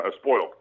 spoiled